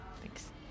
Thanks